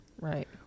Right